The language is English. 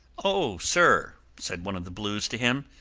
oh, sir, said one of the blues to him,